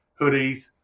hoodies